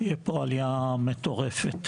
תהיה פה עלייה מטורפת.